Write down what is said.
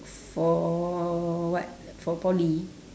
for what for poly